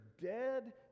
dead